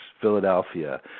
Philadelphia